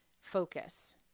Focus